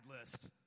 list